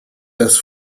des